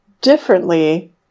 differently